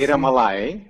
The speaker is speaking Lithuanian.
yra malajai